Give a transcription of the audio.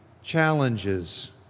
challenges